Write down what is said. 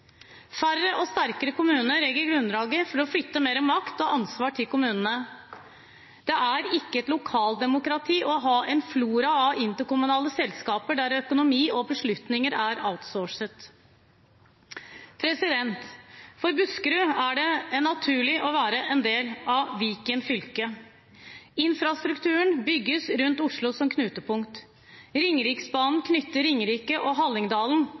Færre og sterkere kommuner legger grunnlaget for å flytte mer makt og ansvar til kommunene. Det er ikke et lokaldemokrati å ha en flora av interkommunale selskaper der økonomi og beslutninger er «outsourcet». For Buskerud er det naturlig å være en del av Viken fylke. Infrastrukturen bygges rundt Oslo som knutepunkt. Ringeriksbanen knytter Ringerike og